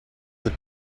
the